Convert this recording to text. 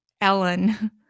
Ellen